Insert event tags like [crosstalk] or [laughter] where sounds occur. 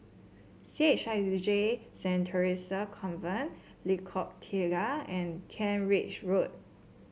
C H I [unintelligible] J Saint Theresa Convent Lengkong Tiga and Kent Ridge Road